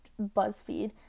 BuzzFeed